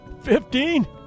Fifteen